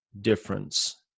difference